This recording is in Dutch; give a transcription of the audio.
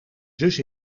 zus